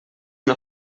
una